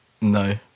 no